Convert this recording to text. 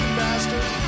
bastard